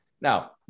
Now